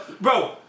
bro